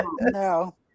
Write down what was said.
No